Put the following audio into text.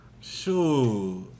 sure